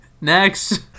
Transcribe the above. Next